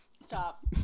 Stop